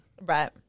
Right